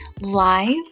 live